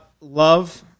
love